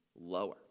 lower